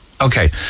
Okay